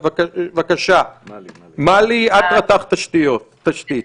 בבקשה, מלי, רת"ח תשתית.